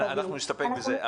תודה, אנחנו נסתפק בזה.